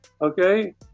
okay